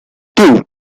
two